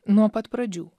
nuo pat pradžių